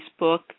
Facebook